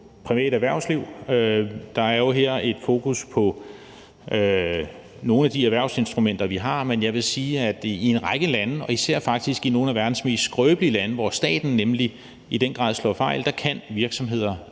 private erhvervsliv. Der er jo her et fokus på nogle af de erhvervsinstrumenter, vi har, men jeg vil sige, at i en række lande, især faktisk i nogle af verdens mest skrøbelige lande, hvor staten nemlig i den grad har slået fejl, kan virksomheder